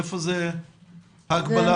איפה ההגבלה הזאת?